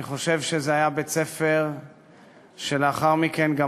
אני חושב שזה היה בית-ספר שלאחר מכן גם